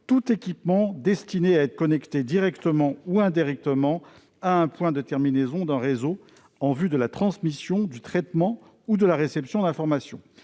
tout équipement destiné à être connecté directement ou indirectement à un point de terminaison d'un réseau en vue de la transmission, du traitement ou de la réception d'informations,